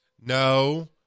No